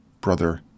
Brother